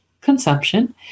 Consumption